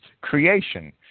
creation